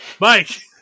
Mike